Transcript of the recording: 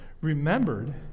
remembered